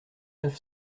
neuf